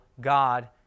God